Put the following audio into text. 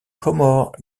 comores